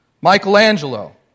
Michelangelo